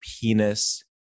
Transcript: penis